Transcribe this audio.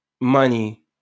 money